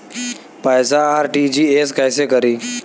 पैसा आर.टी.जी.एस कैसे करी?